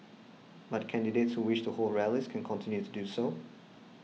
but candidates who wish to hold rallies can continue to do so